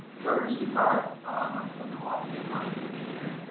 jordan stupar, um i'm from you know ah and wisconsin, came here.